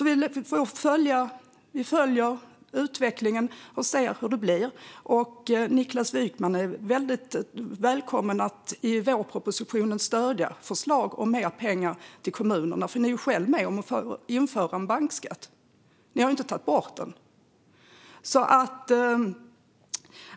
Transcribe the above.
Vi följer utvecklingen och ser hur det blir, och Niklas Wykman är väldigt välkommen att i vårpropositionen stödja förslag om mer pengar till kommunerna. Ni är själva med och inför en bankskatt; ni har ju inte tagit bort den.